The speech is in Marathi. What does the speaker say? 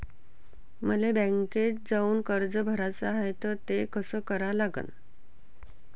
मले बँकेत जाऊन कर्ज भराच हाय त ते कस करा लागन?